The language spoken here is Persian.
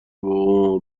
بابامو